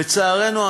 לצערנו,